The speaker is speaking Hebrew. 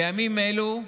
בימים אלו,